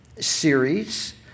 series